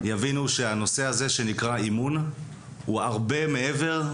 יבינו שהנושא הזה שנקרא אימון הוא הרבה מעבר,